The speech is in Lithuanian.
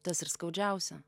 tas ir skaudžiausia